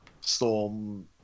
storm